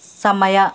ಸಮಯ